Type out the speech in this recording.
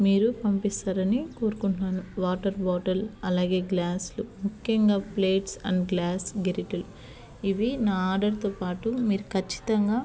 మీరు పంపిస్తారని కోరుకుంటున్నాను వాటర్ బాటిల్ అలాగే గ్లాస్లు ముఖ్యంగా ప్లేట్స్ అండ్ గ్లాస్ గరిటలు ఇవి నా ఆర్డర్తో పాటు మీరు ఖచ్చితంగా